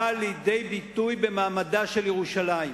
באה לידי ביטוי במעמדה של ירושלים.